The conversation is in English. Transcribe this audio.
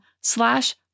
slash